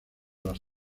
las